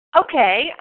Okay